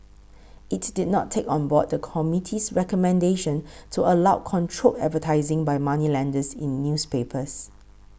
it did not take on board the committee's recommendation to allow controlled advertising by moneylenders in newspapers